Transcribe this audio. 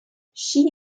she